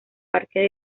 parques